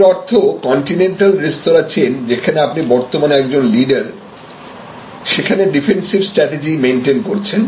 এর অর্থ কন্টিনেন্টাল রেস্তোরাঁ চেইন যেখানে আপনি বর্তমানে একজন লিডার সেখানে ডিফেন্সিভ স্ট্র্যাটেজী মেন্টেন করছেন